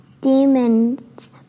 demons